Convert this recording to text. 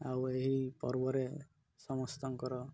ଆଉ ଏହି ପର୍ବରେ ସମସ୍ତଙ୍କର